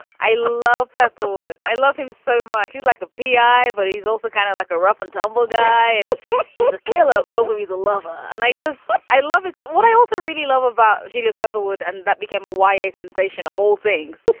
i love applewood. i love him so much. he's like a p i, but he's also kind of like a rough and tumble guy. and he's but a killer, but also he's a lover. and i just i love it so what i also really love about julius peoplewould and that became a y a. sensation of all things,